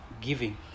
giving